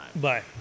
Bye